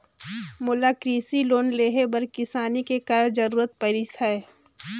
मोला कृसि लोन लेहे बर किसानी के कारण जरूरत परिस हे